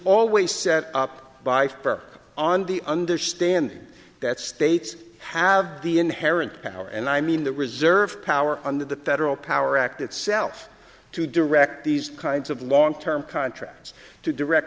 always set up by fair on the understanding that states have the inherent power and i mean the reserve power under the federal power act itself to direct these kinds of long term contracts to direct